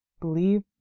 believe